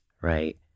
right